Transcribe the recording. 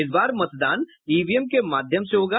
इस बार मतदान ईवीएम के माध्यम से होगा